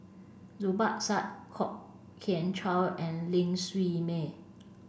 Zubir Said Kwok Kian Chow and Ling Siew May